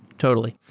totally.